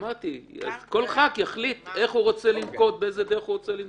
אמרתי שכל חבר כנסת יחליט איך ובאיזה דרך הוא רוצה לנקוט.